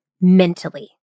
mentally